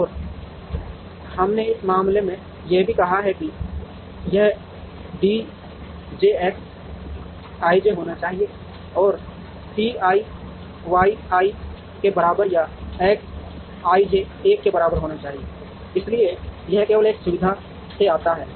और हमने इस मामले में यह भी कहा कि यह डी जे एक्स आईजे होना चाहिए या सी आई वाई आई के बराबर या एक्स आईजे 1 के बराबर होना चाहिए इसलिए यह केवल एक सुविधा से आता है